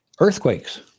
Earthquakes